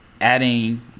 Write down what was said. adding